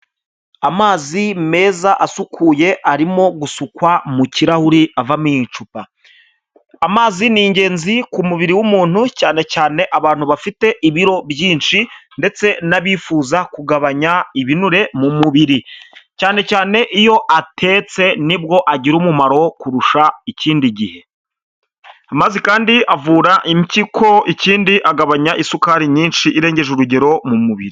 Amazi meza asukuye arimo gusukwa mu kirahuri ava mu icupa. Amazi ni ingenzi ku mubiri w'umuntu cyane cyane abantu bafite ibiro byinshi ndetse n'abifuza kugabanya ibinure mu mubiri, cyane cyane iyo atetse nibwo agira umumaro kurusha ikindi gihe. Amazi kandi avura impyiko, ikindi agabanya isukari nyinshi irengeje urugero mu mubiri.